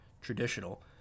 traditional